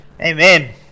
Amen